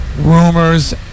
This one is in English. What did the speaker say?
rumors